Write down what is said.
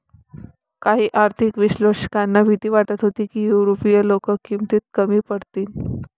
काही आर्थिक विश्लेषकांना भीती वाटत होती की युरोपीय लोक किमतीत कमी पडतील